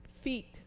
feet